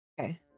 Okay